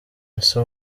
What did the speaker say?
ese